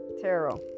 tarot